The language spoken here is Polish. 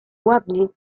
ładni